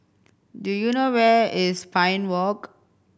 do you know where is Pine Walk